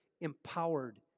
empowered